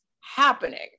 happening